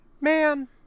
man